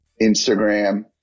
Instagram